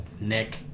Nick